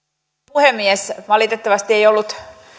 puhemies kun valitettavasti ei ollut